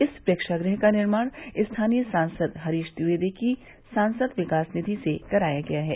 इस प्रेक्षागृह का निर्माण स्थानीय सांसद हरीश द्विवेदी की सांसद विकास निधि से कराया गया है